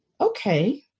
okay